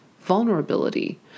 vulnerability